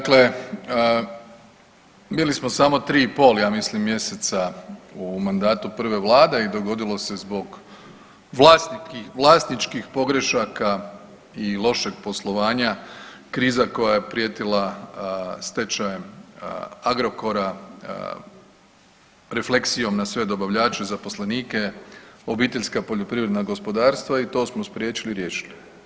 Dakle, bili smo samo 3,5, ja mislim, mjeseca u mandatu prve Vlade i dogodilo se zbog vlasničkih pogrešaka i lošeg poslovanja, kriza koje je prijetila stečajem Agrokora, refleksijom na sve dobavljače, zaposlenike, obiteljska poljoprivredna gospodarstva i to smo spriječili i riješili.